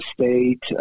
state